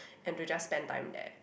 and to just spend time there